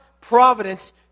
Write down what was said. providence